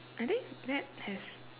I think that has